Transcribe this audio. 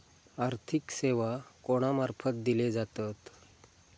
आर्थिक सेवा कोणा मार्फत दिले जातत?